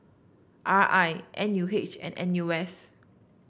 R I N U H and N U S